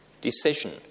decision